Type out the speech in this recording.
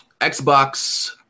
Xbox